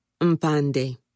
Mpande